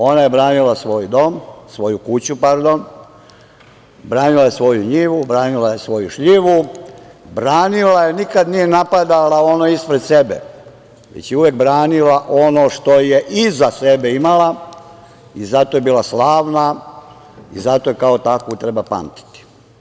Ona je branila svoj dom, svoju kuću, pardon, branila je svoju njihovu, branila je svoju šljivu, branila je i nikad nije napadala ono ispred sebe, već uvek branila ono što je iza sebe imala i zato je bila slavna i zato je kao takvu treba pamtiti.